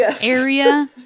area